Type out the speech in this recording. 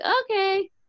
okay